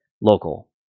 local